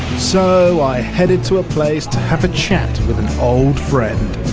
so i headed to a place to have a chat with an old friend